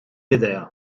idea